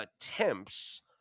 attempts